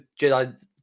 Jedi